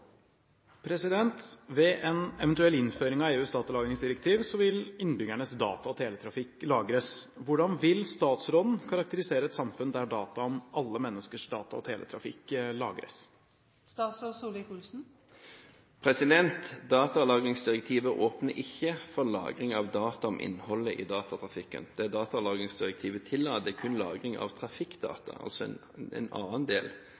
en eventuell innføring av EUs datalagringsdirektiv vil innbyggernes data- og teletrafikk lagres. Hvordan vil statsråden karakterisere et samfunn der data om alle menneskers data- og teletrafikk lagres?» Datalagringsdirektivet åpner ikke for lagring av data om innholdet i datatrafikken. Det datalagringsdirektivet tillater, er kun lagring av trafikkdata, altså en annen del